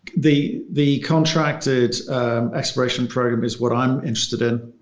the the contracted exploration program is what i'm interested in.